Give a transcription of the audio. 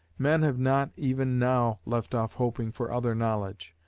men have not even now left off hoping for other knowledge,